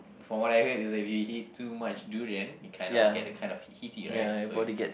from what I heard is that if you eat too much durian you kind of get the kind of heaty right so you